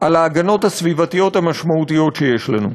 על ההגנות הסביבתיות המשמעותיות שיש לנו.